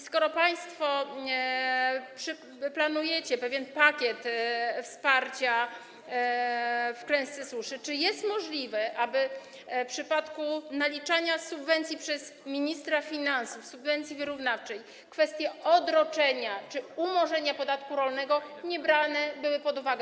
Skoro państwo planujecie pewien pakiet wsparcia w klęsce suszy, czy jest możliwe, aby w przypadku naliczania subwencji przez ministra finansów, subwencji wyrównawczej, kwestie odroczenia czy umorzenia podatku rolnego nie były brane pod uwagę?